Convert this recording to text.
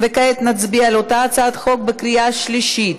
כעת נצביע על אותה הצעת חוק בקריאה שלישית.